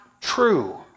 true